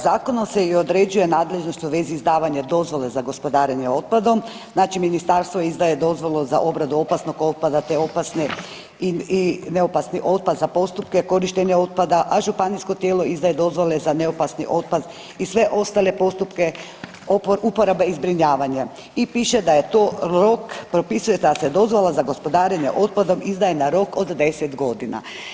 Zakonom se i određuje nadležnost u vezi izdavanja dozvole za gospodarenje otpadom, znači ministarstvo izdaje dozvolu za obradu opasnog otpada te opasne i neopasni otpad za postupke korištenja otpada, a županijsko tijelo izdaje dozvole za neopasni otpad i sve ostale postupke uporabe i zbrinjavanje i piše da je to rok propisuje da se dozvola za gospodarenje otpadom izdaje na rok od deset godina.